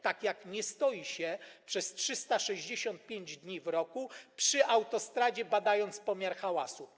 Tak jak nie stoi się przez 365 dni w roku przy autostradzie, badając pomiar hałasu.